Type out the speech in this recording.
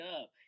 up